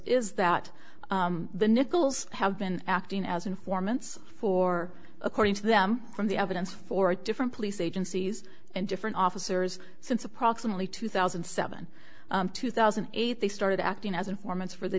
is that the nichols have been acting as informants for according to them from the evidence four different police agencies and different officers since approximately two thousand and seven two thousand and eight they started acting as informants for the